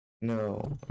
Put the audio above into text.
no